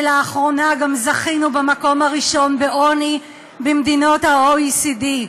ולאחרונה גם זכינו במקום הראשון בעוני במדינות ה-OECD.